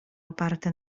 oparte